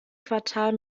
quartal